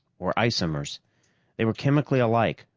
or isomers they were chemically alike,